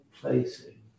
placing